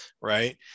Right